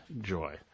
joy